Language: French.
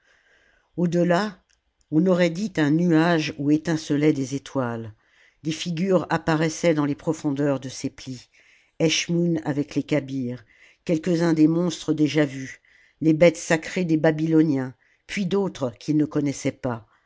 delà on aurait dit un nuage où étincelaient des étoiles des figures apparaissaient dans les profondeurs de ses plis eschmoûn avec les kabyres quelques-uns des monstres déjà vus les bêtes sacrées des babyloniens puis d'autres qu'ils ne connaissaient pas